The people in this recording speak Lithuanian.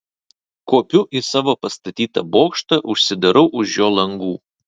kopiu į savo pastatytą bokštą užsidarau už jo langų